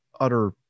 utter